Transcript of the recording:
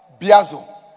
biazo